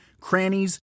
crannies